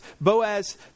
Boaz